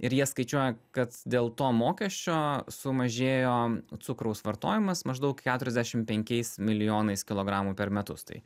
ir jie skaičiuoja kad dėl to mokesčio sumažėjo cukraus vartojimas maždaug keturiasdešim penkiais milijonais kilogramų per metus tai